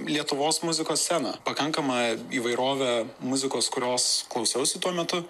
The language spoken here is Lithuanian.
lietuvos muzikos sceną pakankama įvairovė muzikos kurios klausiausi tuo metu